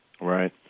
Right